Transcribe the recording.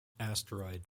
asteroid